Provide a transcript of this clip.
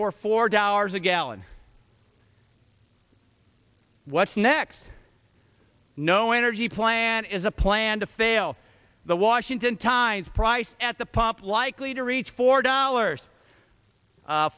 for four dollars a gallon what's next no energy plan is a plan to fail the washington times price at the pump likely to reach four dollars